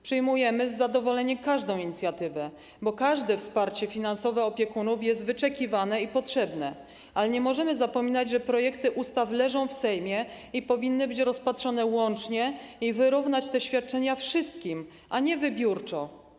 Przyjmujemy z zadowoleniem każdą inicjatywę, bo każde wsparcie finansowe opiekunów jest wyczekiwane i potrzebne, ale nie możemy zapominać, że projekty ustaw leżą w Sejmie i powinny być rozpatrzone łącznie i wyrównać te świadczenia wszystkim, a nie wybiórczo.